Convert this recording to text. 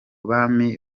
bami